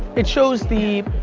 it shows the